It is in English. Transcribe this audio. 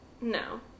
No